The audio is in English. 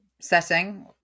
setting